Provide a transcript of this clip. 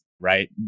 right